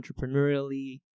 entrepreneurially